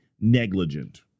negligent